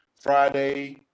Friday